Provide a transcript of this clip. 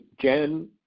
Jen